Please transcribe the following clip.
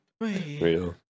real